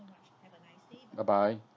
bye bye